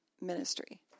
ministry